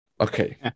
Okay